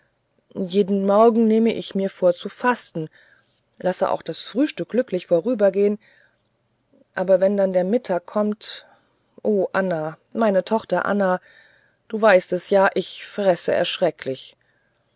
jeden morgen nehme ich mir vor zu fasten lasse auch das frühstück glücklich vorübergehen aber wenn dann der mittag kommt o anna meine tochter anna du weißt es ja ich fresse erschrecklich